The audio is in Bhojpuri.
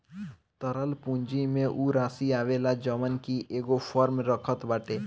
तरल पूंजी में उ राशी आवेला जवन की एगो फर्म रखत बाटे